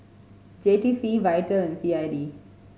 J T C Vital and C I D